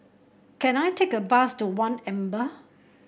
can I take a bus to One Amber